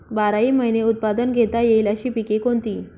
बाराही महिने उत्पादन घेता येईल अशी पिके कोणती?